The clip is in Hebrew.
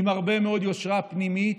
עם הרבה מאוד יושרה פנימית,